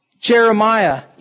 Jeremiah